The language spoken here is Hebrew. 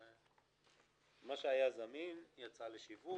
מה שהיה זמין, יצא לשיווק.